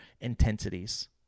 intensities